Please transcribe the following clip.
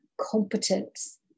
competence